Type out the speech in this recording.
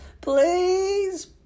Please